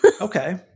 Okay